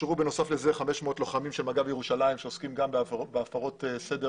בנוסף לכך הוכשרו 500 לוחמים של מג"ב ירושלים שעוסקים גם בהפרות סדר